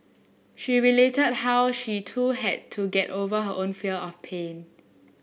she related how she too had to get over her own fear of pain